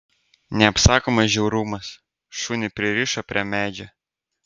neapsakomas žiaurumas šunį pririšo prie medžio